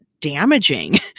damaging